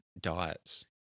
diets